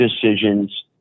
decisions